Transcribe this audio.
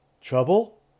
Trouble